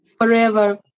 forever